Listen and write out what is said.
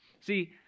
See